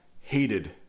hated